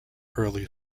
early